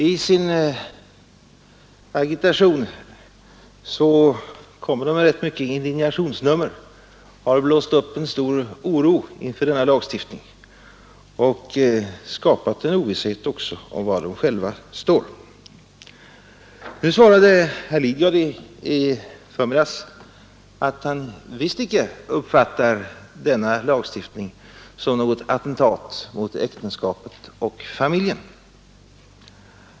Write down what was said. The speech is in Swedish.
I sin agitation kommer de med rätt mycket av indignationsnummer och har blåst upp en rätt stor oro inför denna lagstiftning och de har också skapat en ovisshet om var de själva står. Nu svarade herr Lidgard i förmiddags att han visst icke uppfattar denna lagstiftning som något attentat mot äktenskapet och familjen.